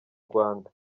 rwanda